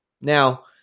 Now